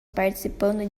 participando